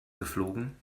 geflogen